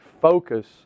focus